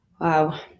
Wow